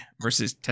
versus